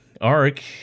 arc